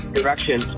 Direction